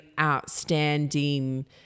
outstanding